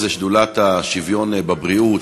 שדולת השוויון בבריאות,